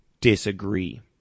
disagree